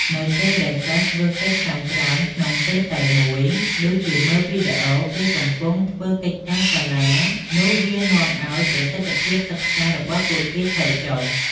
នៅពេលដែលសិស្សធ្វើកិច្ចការច្រើនក្នុងពេលតែមួយ ដូចជាមើលវីដេអូ ពេលកំពុងធ្វើកិច្ចការសាលា នោះវានាំឱ្យប្រសិទ្ធភាពសិក្សារបស់ពួកគេថយចុះ។